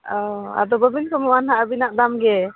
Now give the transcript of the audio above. ᱚᱻ ᱟᱫᱚ ᱵᱟᱵᱤᱱ ᱠᱚᱢᱚᱜᱼᱟ ᱱᱟᱦᱟᱜ ᱟᱵᱤᱱᱟᱜ ᱫᱟᱢᱜᱮ